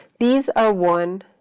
these are one,